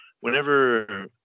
whenever